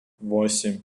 восемь